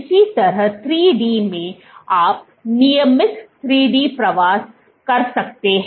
इसी तरह 3D में आप नियमित 3D प्रवास कर सकते हैं